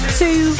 two